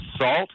salt